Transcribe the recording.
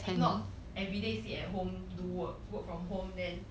if not everyday sit at home do work work from home then